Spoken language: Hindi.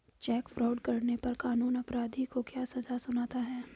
चेक फ्रॉड करने पर कानून अपराधी को क्या सजा सुनाता है?